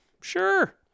Sure